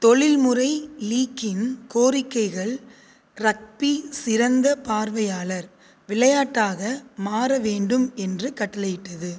தொழில்முறை லீக்கின் கோரிக்கைகள் ரக்பி சிறந்த பார்வையாளர் விளையாட்டாக மாற வேண்டும் என்று கட்டளையிட்டது